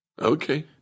Okay